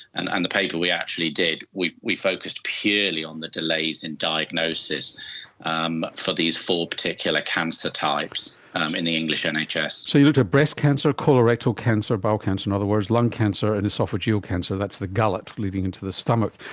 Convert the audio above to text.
and and the paper we actually did, we we focused purely on the delays in diagnosis um for these four particular cancer types um in the english nhs. ah so you looked at breast cancer, colorectal cancer, bowel cancer in other words, lung cancer and oesophageal cancer, that's the gullet leading into the stomach.